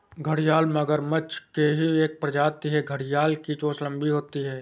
घड़ियाल मगरमच्छ की ही एक प्रजाति है घड़ियाल की चोंच लंबी होती है